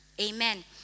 Amen